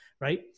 right